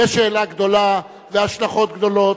זו שאלה גדולה והשלכות גדולות,